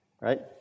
Right